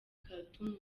khartoum